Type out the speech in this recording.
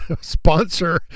sponsor